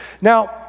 now